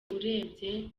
urebye